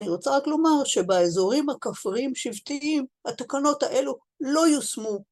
אני רוצה רק לומר שבאזורים הכפריים שבטיים, התקנות האלו לא יושמו.